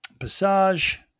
Passage